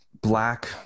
black